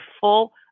full